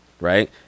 right